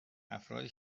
افرادی